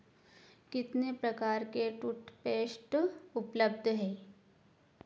कितने प्रकार के टूटपेश्ट उपलब्ध हैं